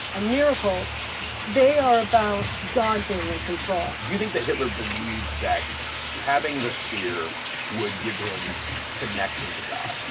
a miracle they are about god being in control. do you think that hitler believed that having the spear would give him connection to god?